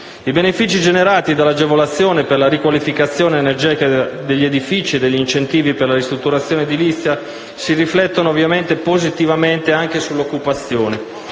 I benefici generati dall'agevolazione per la riqualificazione energetica degli edifici e degli incentivi per la ristrutturazione edilizia ovviamente si riflettono positivamente anche sull'occupazione.